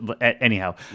Anyhow